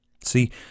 See